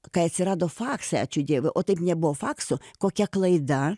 kai atsirado faksai ačiū dievui o taip nebuvo fakso kokia klaida